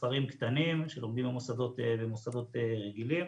מספרים קטנים שלומדים במוסדות רגילים,